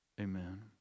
amen